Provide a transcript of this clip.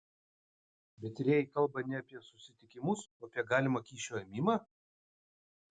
bet tyrėjai kalba ne apie susitikimus o apie galimą kyšio ėmimą